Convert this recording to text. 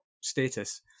status